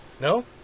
No